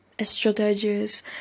strategies